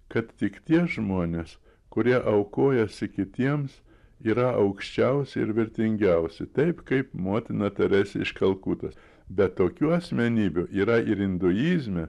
kad tik tie žmonės kurie aukojasi kitiems yra aukščiausi ir vertingiausi taip kaip motina teresė iš kalkutos bet tokių asmenybių yra ir induizme